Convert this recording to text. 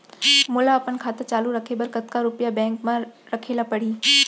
मोला अपन खाता चालू रखे बर कतका रुपिया बैंक म रखे ला परही?